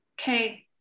Okay